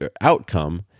outcome